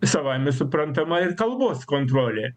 savaime suprantama ir kalbos kontrolė